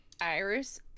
Iris